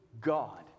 god